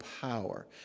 power